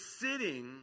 sitting